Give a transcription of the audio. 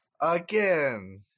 again